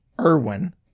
Irwin